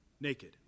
naked